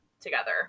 together